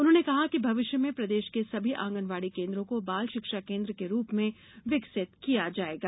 उन्होंने कहा कि भविष्य में प्रदेश के सभी आंगनवाड़ी केन्द्रों को बाल शिक्षा केन्द्र के रूप में विकसित किया जाएगा